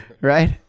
Right